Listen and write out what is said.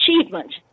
achievement